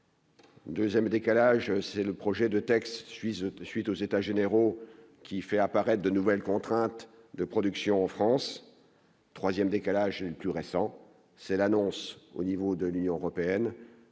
2ème décalage, c'est le projet de texte suisse, suite aux états généraux qui fait apparaître de nouvelles contraintes de production en France 3ème décalage plus récent, c'est l'annonce au niveau de l'Union européenne